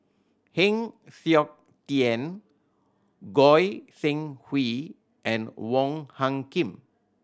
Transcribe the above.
Heng Siok Tian Goi Seng Hui and Wong Hung Khim